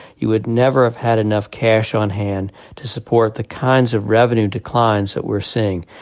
you would never have had enough cash on hand to support the kinds of revenue declines that we're seeing,